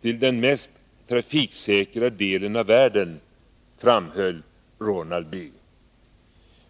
till den mest trafiksäkra delen av världen, framhöll Roland Bye.